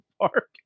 park